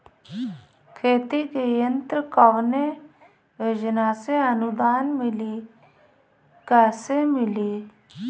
खेती के यंत्र कवने योजना से अनुदान मिली कैसे मिली?